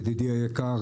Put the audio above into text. ידידי היקר,